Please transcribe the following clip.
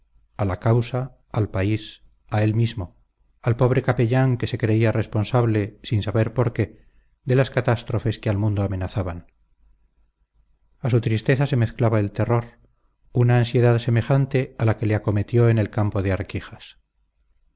a la causa al país a él mismo al pobre capellán que se creía responsable sin saber por qué de las catástrofes que al mundo amenazaban a su tristeza se mezclaba el terror una ansiedad semejante a la que le acometió en el campo de